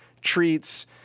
treats